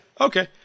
okay